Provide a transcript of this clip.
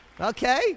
Okay